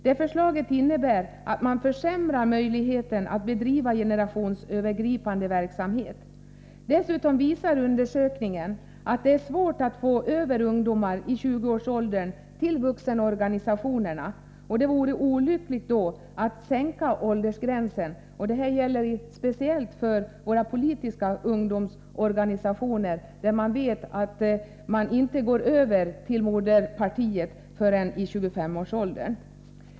Det förslaget innebär att man försämrar möjligheten att bedriva generationsövergripande verksamhet. Dessutom visar undersökningar att det är svårt att få över ungdomar i 20-årsåldern till vuxenorganisationerna, och det vore olyckligt att då sänka åldersgränsen. Det här gäller speciellt de politiska ungdomsorganisationerna. Vi vet att man inte går över till moderpartiet förrän i 25-årsåldern.